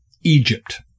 Egypt